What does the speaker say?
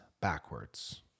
backwards